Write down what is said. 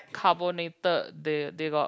carbonated they they got